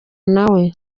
nawe